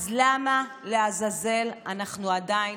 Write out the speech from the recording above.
אז למה לעזאזל אנחנו עדיין